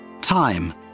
Time